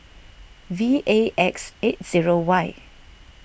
V A X eight zero Y